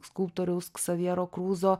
skulptoriaus ksavjiero kruzo